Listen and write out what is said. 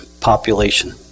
population